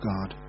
God